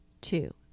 Two